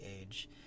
age